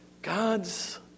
God's